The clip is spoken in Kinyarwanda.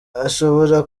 ashobora